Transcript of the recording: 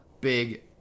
big